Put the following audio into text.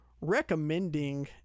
recommending